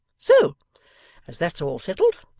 so as that's all settled,